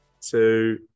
two